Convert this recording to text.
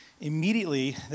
immediately